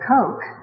Coke